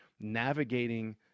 navigating